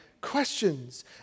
questions